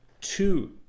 two